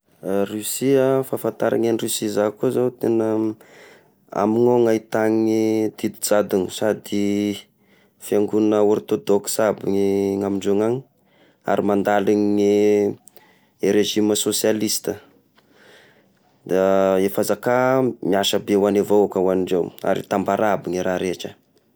Russie ah, fahafataragny an'i Russie za ko zao tegna amy ao ahitagny didijadony sady fiagnona orthodoxe aby ny amindreo agny, ary mandaligny i regime socialiste, da i fanzaka miasa be hoan'ny vahoaka hoan'ny indreo, ary hitambara aby ny raha rehetra.